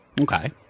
Okay